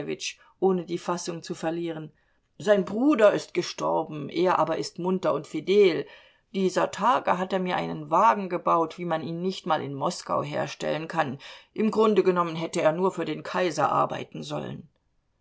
ohne die fassung zu verlieren sein bruder ist gestorben er aber ist munter und fidel dieser tage hat er mir einen wagen gebaut wie man ihn nicht mal in moskau herstellen kann im grunde genommen hätte er nur für den kaiser arbeiten sollen